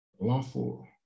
lawful